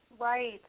Right